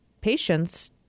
patients